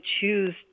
choose